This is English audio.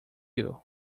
you